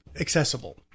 accessible